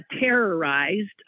terrorized